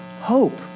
hope